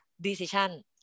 decision